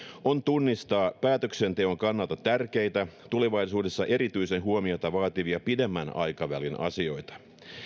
on tunnistaa päätöksenteon kannalta tärkeitä tulevaisuudessa erityistä huomiota vaativia pidemmän aikavälin asioita